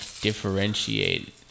differentiate